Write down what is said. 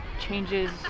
changes